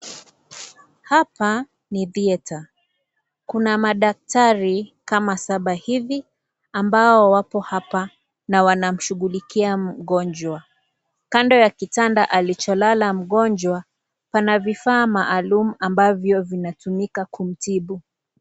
Hapa ni theatre . Kuna madaktari kama saba hivi, ambao wapo hapa na wanamshughulikia mgonjwa. Kando ya kitanda alicholala mgonjwa pana vifaa maalum ambavyo vinatumika kumtibu.